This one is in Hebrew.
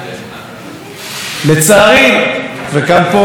וגם פה הייתה לי קצת ביקורת על מערכת אכיפת החוק,